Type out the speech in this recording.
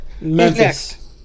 Memphis